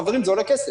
חברים, זה עולה כסף.